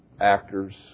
actors